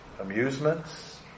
amusements